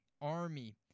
Army